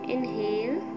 Inhale